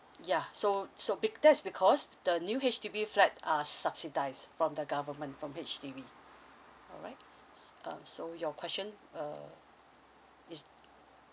yeah so so be~ that's because the new H_D_B flat uh subsidised from the government from H_D_B alright s~ um so your question uh is